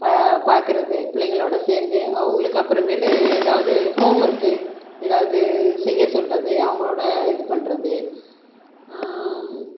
இப்போ பார்க்குறது பிள்ளைங்களோட சேர்ந்து அவங்களுக்கு அப்புறமேல் ஏதாவது ஹோம் ஒர்க் ஏதாவது செய்ய சொல்கிறது அவங்களோடய இது பண்ணுறது